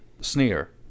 Sneer